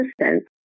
assistance